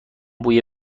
بوی